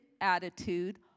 attitude